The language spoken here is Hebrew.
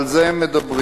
על זה הם מדברים.